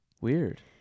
Weird